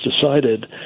decided